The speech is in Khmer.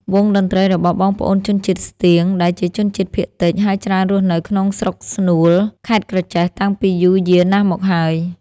វង់តន្ដ្រីរបស់បងប្អូនជនជាតិស្ទៀង ដែលជាជនជាតិភាគតិច ហើយច្រើនរស់នៅក្នុងស្រុកស្នួល ខេត្ដក្រចេះតាំងពីយូរយាណាស់មកហើយ។